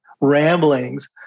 ramblings